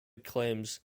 claims